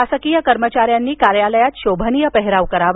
शासकीय कर्मचाऱ्यांनी कार्यालयात शोभनीय पेहराव करावा